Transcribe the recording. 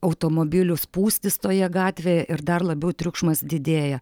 automobilių spūstys toje gatvėje ir dar labiau triukšmas didėja